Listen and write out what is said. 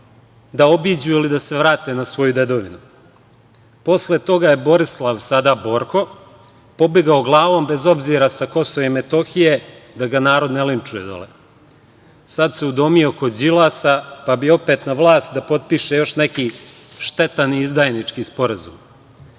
da obiđu ili da se vrate na svoju dedovinu. Posle toga je Borislav, sada Borko pobegao glavom bez obzira sa KiM da ga narod ne linčuje dole. Sada se udomio kod Đilasa, pa bi opet na vlast da potpiše još neki štetan izdajnički sporazum. To